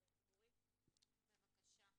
בבקשה.